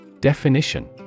Definition